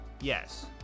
yes